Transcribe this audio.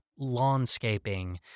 lawnscaping